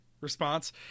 response